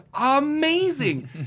amazing